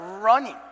running